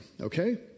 Okay